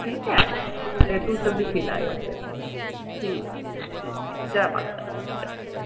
ठीक ऐ ते तुस दिक्खी लैयो फिर ठीक ऐ फिर ठीक ऐ जै माता दी